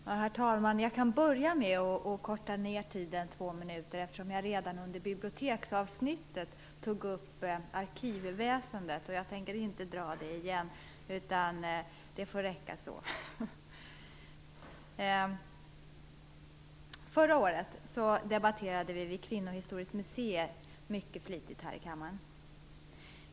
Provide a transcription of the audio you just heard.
Herr talman! Jag kan börja med att korta ned tiden med två minuter, eftersom jag redan under biblioteksavsnittet tog upp arkivväsendet. Jag tänker inte dra det igen. Det får räcka så. Förra året debatterade vi ett kvinnohistoriskt museum mycket flitigt här i kammaren.